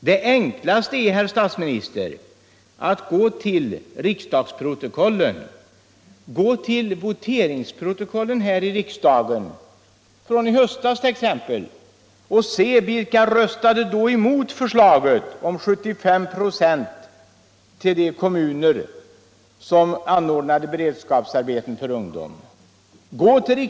Det enklaste är, herr statsminister, att gå till riksdagens voteringsprotokoll från i höstas, och se vilka som då röstade emot förslaget om 75 96 till de kommuner som anordnade beredskapsarbeten för ungdom.